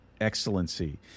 excellency